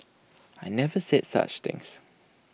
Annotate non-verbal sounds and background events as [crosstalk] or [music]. [noise] I never said such things